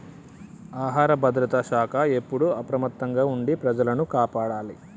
ఆహార భద్రత శాఖ ఎప్పుడు అప్రమత్తంగా ఉండి ప్రజలను కాపాడాలి